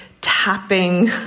tapping